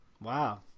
Wow